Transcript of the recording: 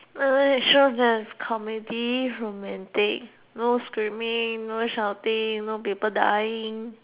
I like shows that's comedy romantic no screaming no shouting no people dying